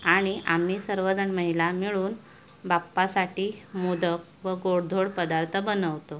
आणि आम्ही सर्वजण महिला मिळून बाप्पासाठी मोदक व गोडधोड पदार्थ बनवतो